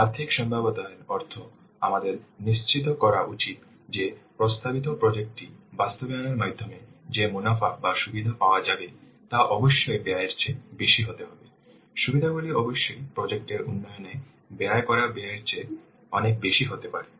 আর্থিক সম্ভাব্যতা এর অর্থ আমাদের নিশ্চিত করা উচিত যে প্রস্তাবিত প্রজেক্ট টি বাস্তবায়নের মাধ্যমে যে মুনাফা বা সুবিধা পাওয়া যাবে তা অবশ্যই ব্যয়ের চেয়ে বেশি হতে হবে সুবিধাগুলি অবশ্যই প্রজেক্ট এর উন্নয়নে ব্যয় করা ব্যয়ের চেয়ে অনেক বেশি হতে হবে